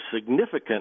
significant